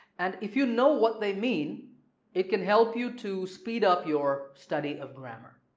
and if you know what they mean it can help you to speed up your study of grammar.